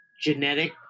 genetic